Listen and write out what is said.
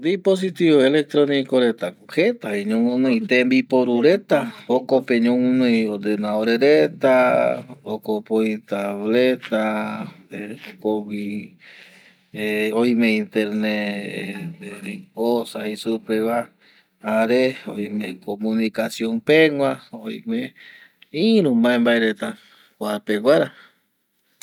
Dispositivo electronico reta ko jeta vi ñoguɨnoi tembiporu reta jokope ñoguɨnoi ordenadores reta, jokope oi tableta jokogui oime internet osa jei supe va jare oime comunicación pegua, oime iru maembae reta kua peguara